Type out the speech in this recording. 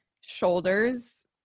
shoulders